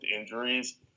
injuries